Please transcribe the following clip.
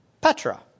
Petra